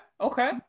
Okay